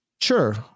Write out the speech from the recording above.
sure